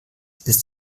ist